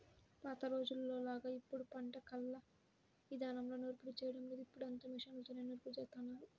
పాత రోజుల్లోలాగా ఇప్పుడు పంట కల్లం ఇదానంలో నూర్పిడి చేయడం లేదు, ఇప్పుడంతా మిషన్లతోనే నూర్పిడి జేత్తన్నారు